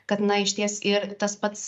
kad na išties ir tas pats